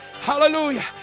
Hallelujah